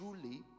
truly